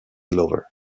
lover